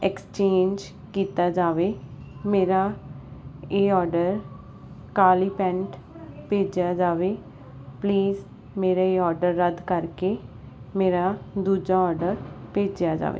exchange ਕੀਤਾ ਜਾਵੇ ਮੇਰਾ ਇਹ ਆਰਡਰ ਕਾਲੀ ਪੈਂਟ ਭੇਜਿਆ ਜਾਵੇ ਪਲੀਜ਼ ਮੇਰਾ ਇਹ ਆਰਡਰ ਰੱਦ ਕਰਕੇ ਮੇਰਾ ਦੂਜਾ ਆਰਡਰ ਭੇਜਿਆ ਜਾਵੇ